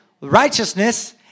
righteousness